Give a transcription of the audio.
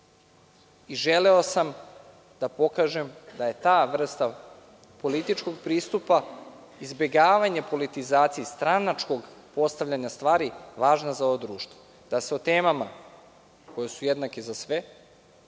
Želeo sam da pokažem da je ta vrsta političkog pristupa, izbegavanje politizacije stranačkog postavljanja stvari, važna za ovo društvo, da se o temama koje su jednake za sve,